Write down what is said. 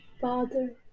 Father